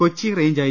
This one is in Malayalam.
Kochi range I